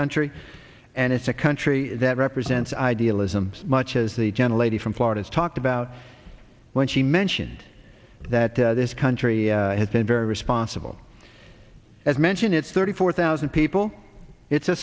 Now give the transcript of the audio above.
country and it's a country that represents idealism much as the gentle lady from florida's talked about when she mentioned that this country has been very responsible as mention it's thirty four thousand people it's a